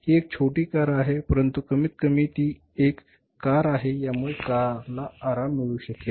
ही एक छोटी कार आहे परंतु कमीत कमी ती एक कार आहे आणि यामुळे कारला आराम मिळू शकेल